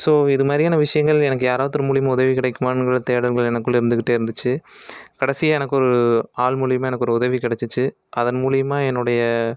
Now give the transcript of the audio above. so இது மாதிரியான விஷயங்கள் எனக்கு யாராவருதுத்தர் மூலயமா உதவி கிடைக்குமானு தேடல்கள் எனக்குள்ளே இருந்துக்கிட்டேருந்துச்சு கடைசியாக எனக்கு ஒரு ஆள் மூலயமா எனக்கு ஒரு உதவி கிடைச்சுச்சு அதன் மூலயமா என்னுடைய